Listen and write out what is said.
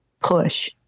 Push